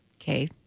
Okay